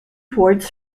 towards